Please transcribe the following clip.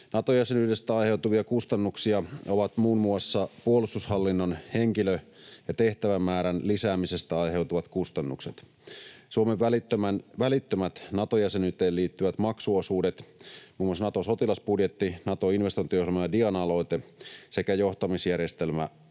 Nato-jäsenyydestä aiheutuvia kustannuksia ovat muun muassa puolustushallinnon henkilö- ja tehtävämäärän lisäämisestä aiheutuvat kustannukset, Suomen välittömät Nato-jäsenyyteen liittyvät maksuosuudet, muun muassa Naton sotilasbudjetti, Naton investointiohjelma ja DIANA-aloite, sekä johtamisjärjestelmäalan